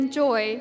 joy